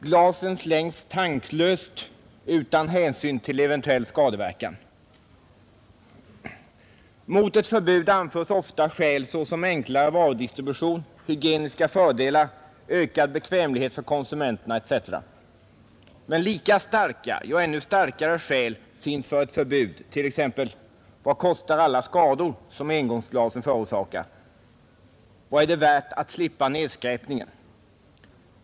Glasen slängs tanklöst utan hänsyn till eventuell skadeverkan. Mot ett förbud används ofta skäl såsom enklare varudistribution, hygieniska fördelar, ökad bekvämlighet för konsumenterna etc., men lika starka, ja ännu starkare skäl finns för ett förbud, t.ex.: Vad kostar alla skador som engångsglasen förorsakar? Vad är det värt att slippa nedskräpningen?